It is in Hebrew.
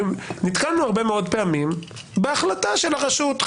נתקלנו הרבה מאוד פעמים בהחלטה של הרשות,